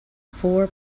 four